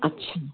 अच्छा